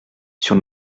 sur